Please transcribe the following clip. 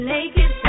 Naked